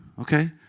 Okay